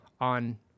on